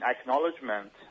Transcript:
acknowledgement